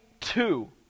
two